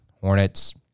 Hornets